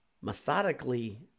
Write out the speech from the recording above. methodically